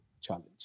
challenge